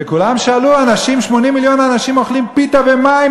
וכולם שאלו: 80 מיליון אנשים אוכלים פיתה ומים,